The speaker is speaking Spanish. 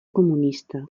comunista